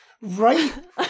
Right